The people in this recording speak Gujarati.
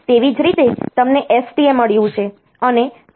તેવી જ રીતે તમને STA મળ્યું છે અને કહો કે STA 2000